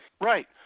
right